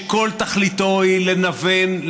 שכל תכליתו היא לנוון,